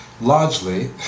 largely